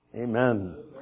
Amen